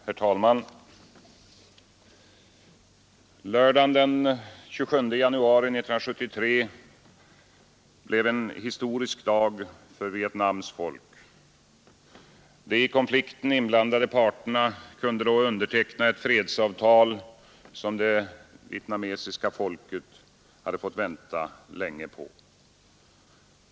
Herr talman! Lördagen den 27 januari 1973 blev en historisk dag för Vietnams folk. De i konflikten inblandade parterna kunde då underteckna ett fredsavtal som det vietnamesiska folket fått vänta länge på.